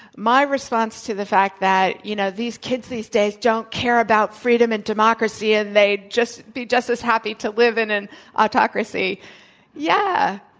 my response to the fact that, you know, these kids these days don't care about freedom and democracy, and ah they'd just be just as happy to live in an autocracy yeah.